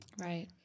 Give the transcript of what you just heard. Right